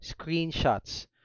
screenshots